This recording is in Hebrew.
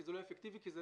כי זה לא אפקטיבי כי זה